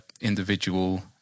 individual